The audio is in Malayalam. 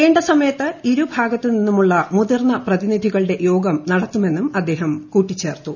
വേണ്ട സമയത്ത് ഇരുഭാഗത്തുനിന്നും മുതിർന്ന പ്രതിനിധികളുടെ യോഗം നടത്തുമെന്നും അദ്ദേഹം കൂട്ടിച്ചേർത്തു